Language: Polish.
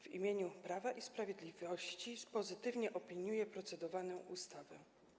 W imieniu Prawa i Sprawiedliwości pozytywnie opiniuję procedowaną ustawę.